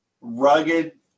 rugged